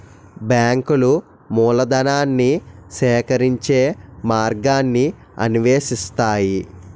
బ్యాంకులు మూలధనాన్ని సేకరించే మార్గాన్ని అన్వేషిస్తాయి